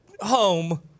home